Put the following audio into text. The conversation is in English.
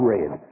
Red